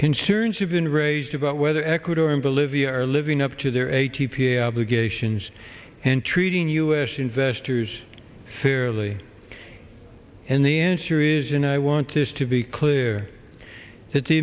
concerns have been raised about whether ecuador and bolivia are living up to their a t p legations and treating u s investors fairly and the answer is and i wanted to be clear that the